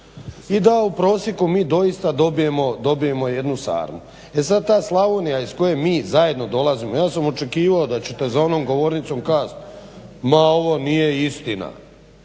i da u prosjeku mi doista dobijemo jednu sarmu. E sad ta Slavonija iz koje mi zajedno dolazimo. Ja sam očekivao da ćete za onom govornicom kazati ma ovo nije istina.